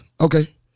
okay